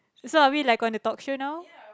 so are we like on a talk show now